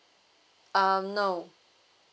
uh no